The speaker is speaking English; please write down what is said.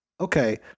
okay